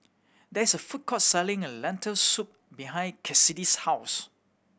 there is a food court selling a Lentil Soup behind Kassidy's house